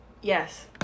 Yes